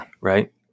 Right